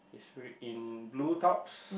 in blue tops